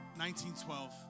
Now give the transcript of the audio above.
1912